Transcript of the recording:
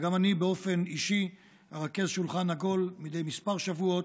וגם אני באופן אישי ארכז שולחן עגול מדי כמה שבועות,